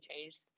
changed